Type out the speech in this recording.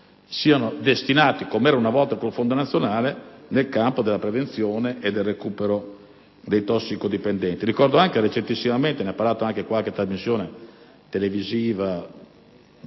sia destinato, come accadeva una volta con il fondo nazionale, al campo della prevenzione e del recupero dei tossicodipendenti. Ricordo anche - recentemente ne ha parlato qualche trasmissione televisiva